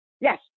Yes